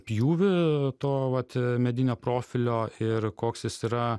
pjūvį to vat medinio profilio ir koks jis yra